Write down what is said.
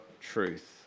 truth